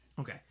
Okay